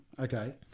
Okay